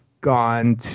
gone